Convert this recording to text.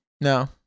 No